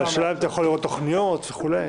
השאלה היא האם אפשר לראות תוכניות וכולי.